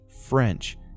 French